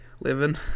Living